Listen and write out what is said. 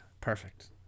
Perfect